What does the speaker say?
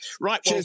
Right